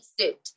suit